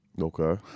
Okay